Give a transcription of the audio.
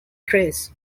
trays